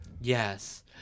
Yes